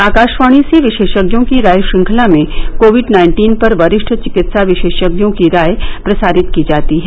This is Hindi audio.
आकाशवाणी से विशेषज्ञों की राय श्रंखला में कोविड नाइन्टीन पर वरिष्ठ चिकित्सा विशेषज्ञों की राय प्रसारित की जाती है